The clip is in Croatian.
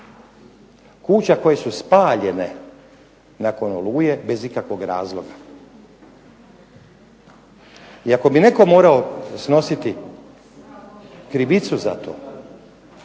Kuća koje su spaljene, nakon Oluje bez ikakvog razloga. Iako bi netko morao snositi krivicu za to,